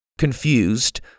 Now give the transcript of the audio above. Confused